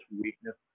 weakness